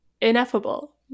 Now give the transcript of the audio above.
ineffable